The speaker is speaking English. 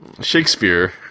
Shakespeare